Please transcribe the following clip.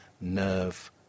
nerve